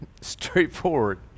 straightforward